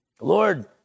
Lord